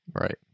right